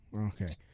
Okay